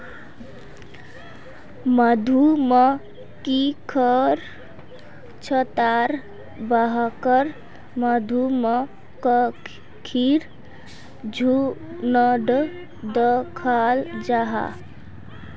मधुमक्खिर छत्तार बाहर मधुमक्खीर झुण्ड दखाल जाहा